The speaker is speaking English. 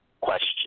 question